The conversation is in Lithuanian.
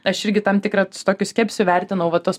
aš irgi tam tikrą tokiu skepsiu vertinau va tuos